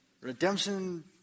redemption